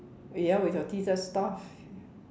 ya with your teeth that's tough